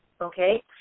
Okay